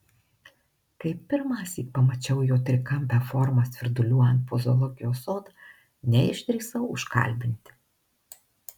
kai pirmąsyk pamačiau jo trikampę formą svirduliuojant po zoologijos sodą neišdrįsau užkalbinti